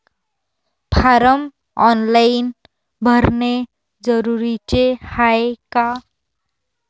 Form online भरने जरुरीचे हाय का?